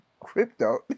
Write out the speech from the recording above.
Crypto